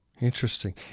Interesting